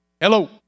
Hello